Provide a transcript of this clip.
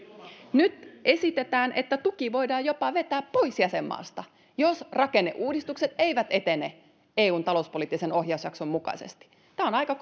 nyt esitetään että tuki voidaan jopa vetää pois jäsenmaasta jos rakenneuudistukset eivät etene eun talouspoliittisen ohjausjakson mukaisesti tämä on aika